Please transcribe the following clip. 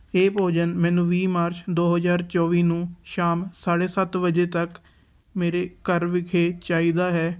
ਇਹ ਭੋਜਨ ਮੈਨੂੰ ਵੀਹ ਮਾਰਚ ਦੋ ਹਜ਼ਾਰ ਚੌਵੀ ਨੂੰ ਸ਼ਾਮ ਸਾਢੇ ਸੱਤ ਵਜੇ ਤੱਕ ਮੇਰੇ ਘਰ ਵਿਖੇ ਚਾਹੀਦਾ ਹੈ